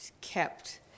kept